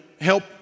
help